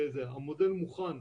המודל מוכן,